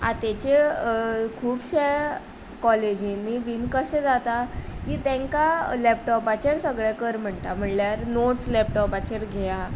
आतांचे खुबशे कॉलेजींनी बीन कशें जाता तेंकां लॅपटोपाचेर सगले कर म्हणटा म्हणल्यार नोट्स लॅपटोपाचेर घेया